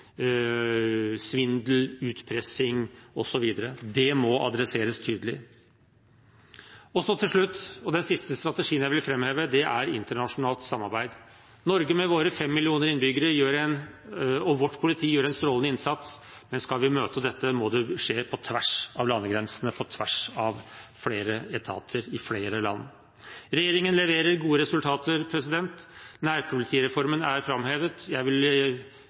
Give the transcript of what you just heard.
svindel, utpressing osv. Det må adresseres tydelig. Til slutt: Den siste strategien jeg vil framheve, er internasjonalt samarbeid. Norge med sine 5 millioner innbyggere og sitt politi gjør en strålende innsats, men skal vi møte dette, må det skje på tvers av landegrensene, på tvers av flere etater i flere land. Regjeringen leverer gode resultater. Nærpolitireformen er framhevet, og jeg vil